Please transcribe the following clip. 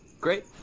great